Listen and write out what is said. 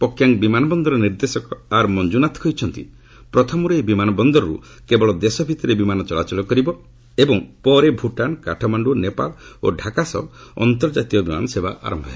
ପକ୍ୟାଙ୍ଗ୍ ବିମାନବନ୍ଦର ନିର୍ଦ୍ଦେଶକ ଆର୍ ମଞ୍ଜୁନାଥ କହିଛନ୍ତି ପ୍ରଥମରୁ ଏହି ବିମାନ ବନ୍ଦରରୁ କେବଳ ଦେଶ ଭିତରେ ବିମାନ ଚଳାଚଳ କରିବ ଏବଂ ପରେ ଭୂଟାନ କାଠମାଣ୍ଡୁ ନେପାଳ ଓ ତାକା ସହ ଅନ୍ତର୍ଜାତୀୟ ବିମାନ ସେବା ଆରମ୍ଭ ହେବ